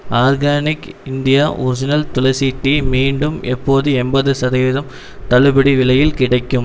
organic India original tulsi tea மீண்டும் எப்போது எண்பது சதவீதம் தள்ளுபடி விலையில் கிடைக்கும்